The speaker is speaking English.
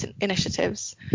initiatives